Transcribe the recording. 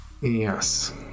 yes